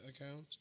account